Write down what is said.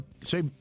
Say